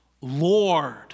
Lord